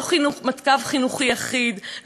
לא קו חינוכי אחיד,